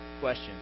question